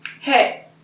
hey